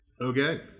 Okay